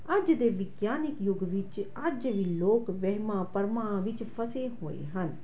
ਅੱਜ ਦੇ ਵਿਗਿਆਨਿਕ ਯੁੱਗ ਵਿੱਚ ਅੱਜ ਵੀ ਲੋਕ ਵਹਿਮਾਂ ਭਰਮਾਂ ਵਿੱਚ ਫਸੇ ਹੋਏ ਹਨ